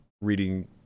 reading